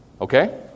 Okay